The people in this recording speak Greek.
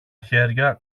χέρια